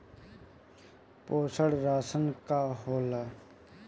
पोषण राशन का होला?